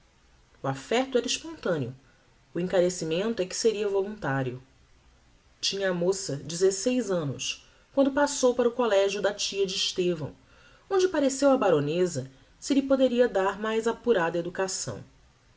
o affecto era espontaneo o encarecimento é que seria voluntário tinha a moça dezeseis annos quando passou para o collegio da tia de estevão onde pareceu á baroneza se lhe poderia dar mais apurada educação